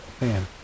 man